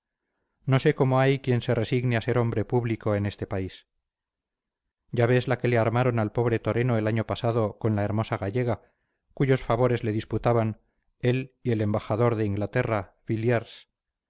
no sé cómo hay quien se resigne a ser hombre público en este país ya ves la que le armaron al pobre toreno el año pasado con la hermosa gallega cuyos favores le disputaban él y el embajador de inglaterra